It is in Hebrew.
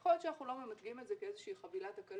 יכול להיות שאנחנו לא ממתגים את זה כאיזושהי חבילת הקלות